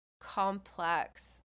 complex